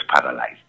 paralyzed